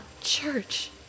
church